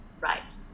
Right